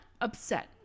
upset